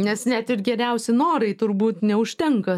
nes net ir geriausi norai turbūt neužtenka